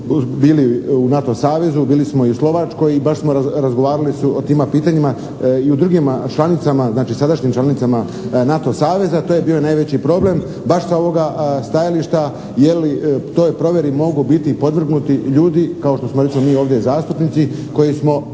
bili u NATO savezu, bili smo i u Slovačkoj i baš smo razgovarali o tima pitanjima i o drugima članicama, znači sadašnjim članicama NATO saveza to je bio najveći problem baš sa ovoga stajališta jer toj provjeri mogu biti podvrgnuti ljudi kao što smo recimo mi ovdje zastupnici koji smo